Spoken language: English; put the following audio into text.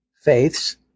faiths